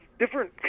different